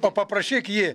pa paprašyk ji